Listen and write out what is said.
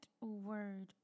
word